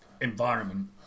environment